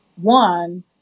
one